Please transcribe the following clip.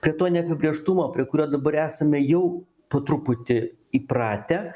prie to neapibrėžtumo prie kurio dabar esame jau po truputį įpratę